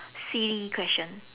silly question